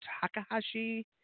Takahashi